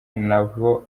nabo